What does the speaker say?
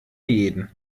jeden